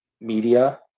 media